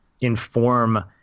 inform